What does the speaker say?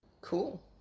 Cool